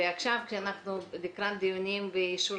ועכשיו כשאנחנו לקראת דיונים לאישור